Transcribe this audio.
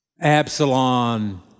Absalom